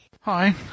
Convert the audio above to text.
Hi